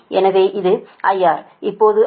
எனவே இது IR இப்போது அது லோடு 0